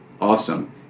Awesome